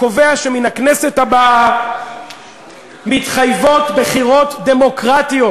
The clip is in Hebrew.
הקובע שמן הכנסת הבאה מתחייבות בחירות דמוקרטיות,